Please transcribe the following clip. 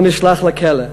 הוא נשלח לכלא.